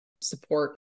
support